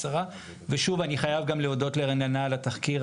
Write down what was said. ושוב אני חייב גם להודות לרננה על התחקיר